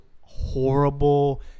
horrible